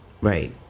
Right